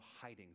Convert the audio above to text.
hiding